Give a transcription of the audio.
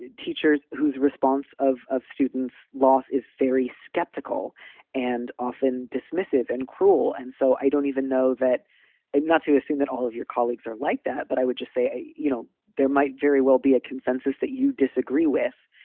and teachers whose response of of students loss is very skeptical and often dismissive and cruel. and so i don't even know that not to assume that all of your colleagues are like that, but i would just say, you know, there might very well be a consensus that you disagree with.